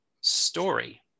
story